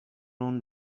own